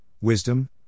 wisdom